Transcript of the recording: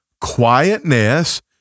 quietness